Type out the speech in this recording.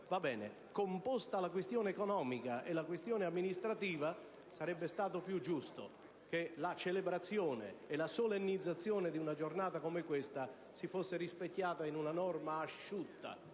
argomento. Composta la questione economica e quella amministrativa, sarebbe stato più giusto che la celebrazione e la solennizzazione di una giornata come questa si fossero rispecchiate in una norma asciutta,